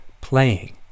playing